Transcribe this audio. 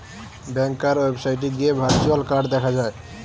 ব্যাংকার ওয়েবসাইটে গিয়ে virtual card দেখা যায়